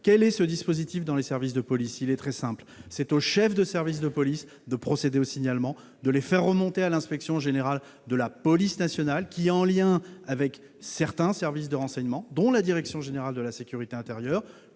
Quel est ce dispositif dans les services de police ? Il est très simple : c'est au chef de service de police qu'il revient de procéder aux signalements puis de les faire remonter à l'inspection générale de la police nationale, l'IGPN, qui, en liaison avec certains services de renseignement, dont la direction générale de la sécurité intérieure,